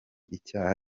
icyaha